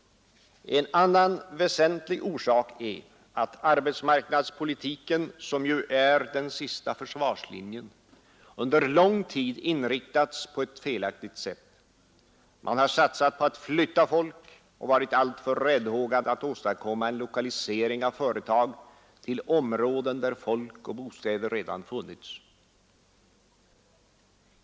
En annan väsentlig orsak är att arbetsmarknadspolitiken, som ju är den sista försvarslinjen, under lång tid inriktats på ett felaktigt sätt. Man har satsat på att flytta folk och varit alltför räddhågad att ästadkomma en lokalisering av företag till områden där folk och bostäder redan funnits.